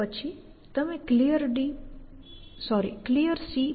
પછી તમે Clear pop કરો હવે Clear અહીં ટ્રુ છે